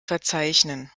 verzeichnen